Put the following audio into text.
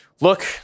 look